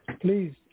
Please